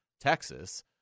Texas